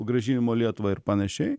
grąžinimo lietuvai ir panašiai